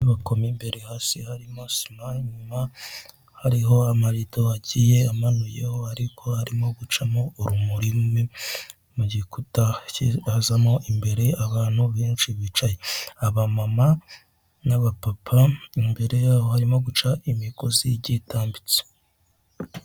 Inyubako mo imbere hasi harimo sima inyuma hariho amarido agiye amanuyeho ariko harimo gucamo urumuri mu gikuta kazamo imbere abantu benshi bicaye, abamama n'abapapa imbere yabo harimo guca imigozi igiye itambitse.